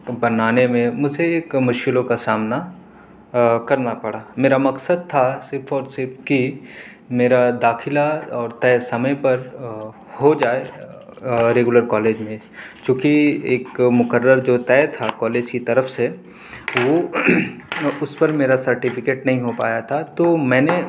بنانے میں مجھے ایک مشکلوں کا سامنا کرنا پڑا میرا مقصد تھا صرف اور صرف کہ میرا داخلہ اور طے سمعے پر ہو جائے ریگولر کالج میں چونکہ ایک مقرر جو طے تھا کالج کی طرف سے وہ اس پر میرا سرٹیفکیٹ نہیں ہو پایا تھا تو میں نے